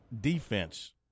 defense